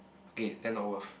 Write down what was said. okay then not worth